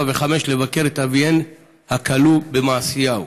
וחמש לבקר את אביהן הכלוא במעשיהו.